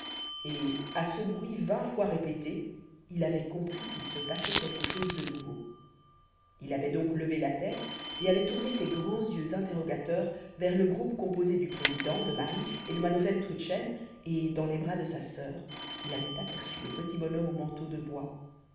et à ce bruit vingt fois répété il avait compris qu'il se passait quelque chose de nouveau il avait donc levé la tête et avait tourné ses grands yeux interrogateurs vers le groupe composé du président de marie et de mademoiselle trudchen et dans les bras de sa sœur il avait aperçu le petit bonhomme au manteau de bois